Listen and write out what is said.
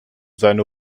seine